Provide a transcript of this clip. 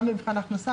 גם במבחן ההכנסה,